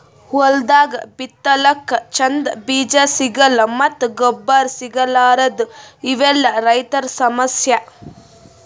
ಹೊಲ್ದಾಗ ಬಿತ್ತಲಕ್ಕ್ ಚಂದ್ ಬೀಜಾ ಸಿಗಲ್ಲ್ ಮತ್ತ್ ಗೊಬ್ಬರ್ ಸಿಗಲಾರದೂ ಇವೆಲ್ಲಾ ರೈತರ್ ಸಮಸ್ಯಾ